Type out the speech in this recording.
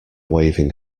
waving